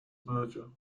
merger